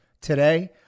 Today